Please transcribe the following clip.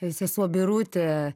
ir sesuo birutė